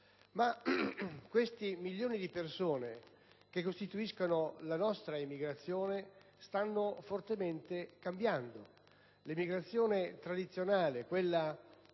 Questi milioni di persone che costituiscono la nostra emigrazione stanno fortemente cambiando. L'emigrazione tradizionale, che